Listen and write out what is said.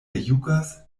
jukas